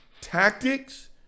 tactics